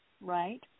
right